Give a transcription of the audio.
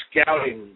scouting